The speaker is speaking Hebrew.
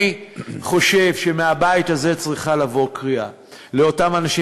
אני חושב שמהבית הזה צריכה לבוא קריאה לאותם אנשים,